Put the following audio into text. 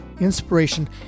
inspiration